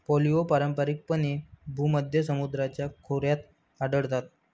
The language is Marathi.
ऑलिव्ह पारंपारिकपणे भूमध्य समुद्राच्या खोऱ्यात आढळतात